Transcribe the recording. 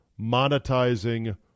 monetizing